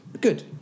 good